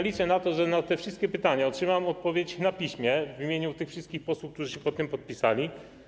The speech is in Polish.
Liczę na to, że na te wszystkie pytania otrzymam odpowiedź na piśmie, w imieniu wszystkich posłów, którzy się pod tym podpisali.